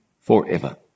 forever